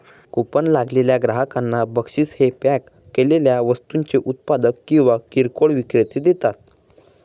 coupon लागलेल्या ग्राहकांना बक्षीस हे पॅक केलेल्या वस्तूंचे उत्पादक किंवा किरकोळ विक्रेते देतात